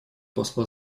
посла